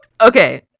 okay